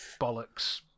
bollocks